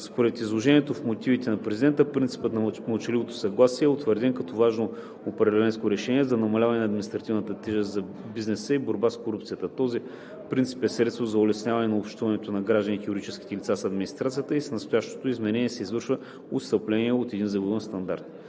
Според изложеното в мотивите на президента принципът на мълчаливото съгласие е утвърден като важно управленско решение за намаляване на административната тежест за бизнеса и за борба с корупцията. Този принцип е и средство за улесняване на общуването на гражданите и юридическите лица с администрацията и с настоящото изменение се извършва отстъпление от един завоюван стандарт.